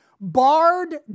barred